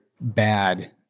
bad